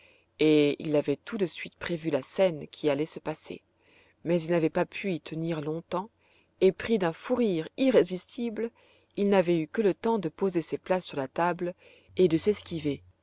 et il avait tout de suite prévu la scène qui allait se passer mais il n'avait pas pu y tenir longtemps et pris d'un fou rire irrésistible il n'avait eu que le temps de poser ses plats sur la table et de